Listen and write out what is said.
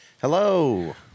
Hello